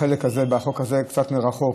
בחוק הזה קצת מרחוק,